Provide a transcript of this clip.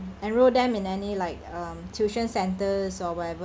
enroll them in any like um tuition centres or whatever